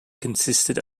consisted